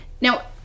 Now